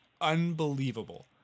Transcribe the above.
unbelievable